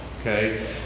okay